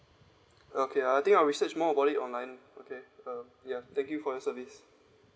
okay I think I'll search more about it online okay uh ya thank you for your service